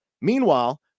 Meanwhile